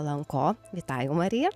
lanko vytai mariją